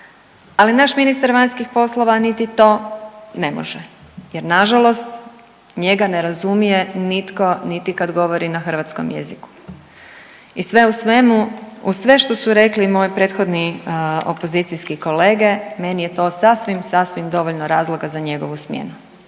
Ali naš ministar vanjskih poslova niti to ne može jer nažalost njega ne razumije nitko niti kada govori na hrvatskom jeziku. I sve u svemu uz sve što su rekli i moji prethodni opozicijski kolege, meni je to sasvim, sasvim dovoljno razloga za njegovu smjenu.